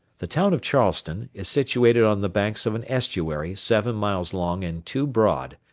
the town of charleston is situated on the banks of an estuary seven miles long and two broad,